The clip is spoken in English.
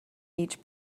each